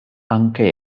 anke